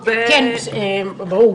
כן, ברור.